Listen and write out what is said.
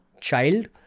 child